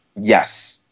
Yes